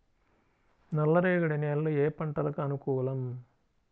నల్లరేగడి నేలలు ఏ పంటలకు అనుకూలం?